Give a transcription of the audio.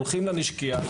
הולכים לנשקיה.